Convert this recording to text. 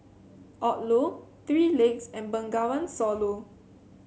Odlo Three Legs and Bengawan Solo